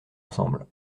ensemble